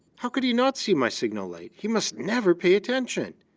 how could he not see my signal light? he must never pay attention!